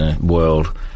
world